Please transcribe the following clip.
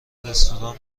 رستوران